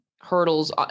hurdles